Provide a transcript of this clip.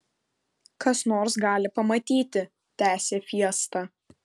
kas nors gali pamatyti tęsė fiesta